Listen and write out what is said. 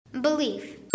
Belief